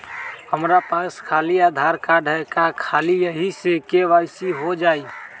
हमरा पास खाली आधार कार्ड है, का ख़ाली यही से के.वाई.सी हो जाइ?